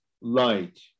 light